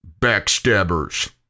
Backstabbers